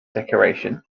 decoration